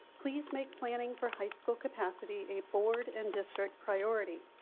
please make planning for high school capacity a board and district priority.